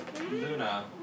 Luna